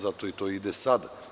Zato to ide sada.